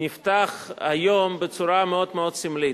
נפתח היום בצורה מאוד סמלית.